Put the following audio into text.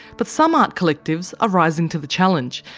but some art collectives are rising to the challenge.